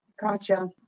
Gotcha